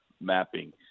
mapping